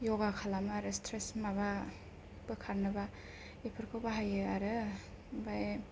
य'गा खालामो आरो स्ट्रेस माबा बोखारनोबा बेफोरखौ बाहायो आरो ओमफ्राय